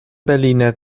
berliner